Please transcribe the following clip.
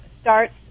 starts